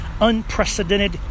unprecedented